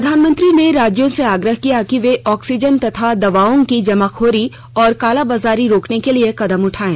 प्रधानमंत्री ने राज्यों से आग्रह किया कि वे ऑक्सीजन तथा दवाओं की जमाखोरी और कालाबाजारी रोकने के लिए कदम उठाएं